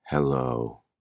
Hello